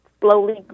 slowly